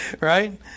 right